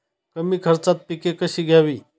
कमी खर्चात पिके कशी घ्यावी?